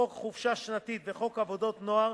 חוק חופשה שנתית וחוק עבודת הנוער,